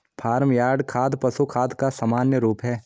farm yard खाद पशु खाद का सामान्य रूप है